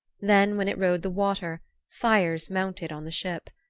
then when it rode the water fires mounted on the ship.